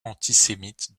antisémite